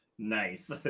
Nice